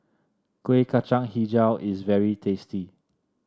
Kuih Kacang hijau is very tasty